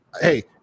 hey